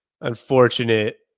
unfortunate